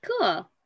cool